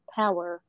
power